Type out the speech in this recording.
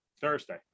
Thursday